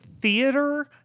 theater